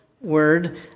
word